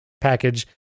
package